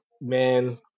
Man